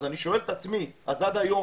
אני שואל את עצמי מה עשינו עד היום?